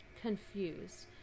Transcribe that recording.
Confused